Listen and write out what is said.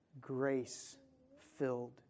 grace-filled